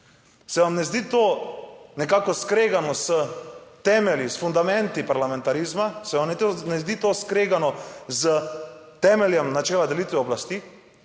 Se vam ne zdi to nekako skregano s temelji, s fundamenti parlamentarizma, se vam ne zdi to skregano s temeljem načela delitve oblasti?